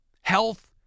health